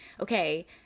okay –